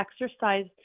exercise